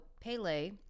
pele